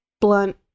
blunt